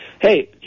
Hey